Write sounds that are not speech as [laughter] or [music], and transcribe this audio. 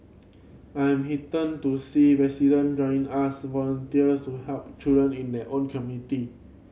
I am [unintelligible] to see resident joining us volunteers to help children in their own community